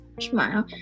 smile